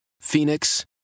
Phoenix